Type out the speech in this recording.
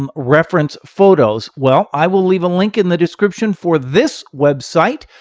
um reference photos? well, i will leave a link in the description for this website.